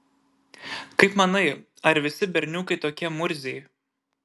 kaip manai ar visi berniukai tokie murziai